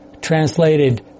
translated